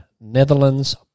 netherlands